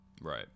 Right